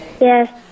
Yes